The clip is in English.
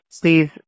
Please